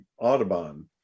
Audubon